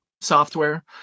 software